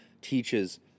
teaches